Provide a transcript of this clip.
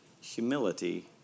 humility